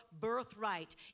birthright